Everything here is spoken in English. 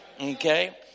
Okay